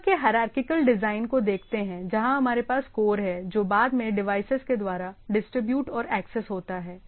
network के hierarchical design को देखते हैं जहां हमारे पास कोर हैं जो बाद में डिवाइसेज के द्वारा डिस्ट्रीब्यूट और एक्सेस होता है